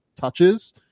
touches